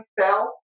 fell